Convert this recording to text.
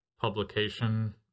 publication